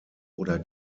oder